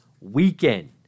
weekend